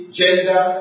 gender